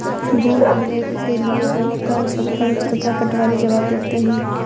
भूमि अभिलेख के लिए गांव का सरपंच तथा पटवारी जवाब देते हैं